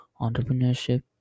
entrepreneurship